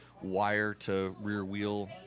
wire-to-rear-wheel